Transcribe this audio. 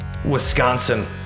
Wisconsin